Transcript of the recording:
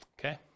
okay